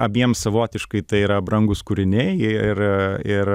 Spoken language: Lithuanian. abiem savotiškai tai yra brangūs kūriniai ir ir